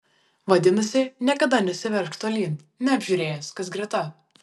vadinasi niekada nesiveržk tolyn neapžiūrėjęs kas greta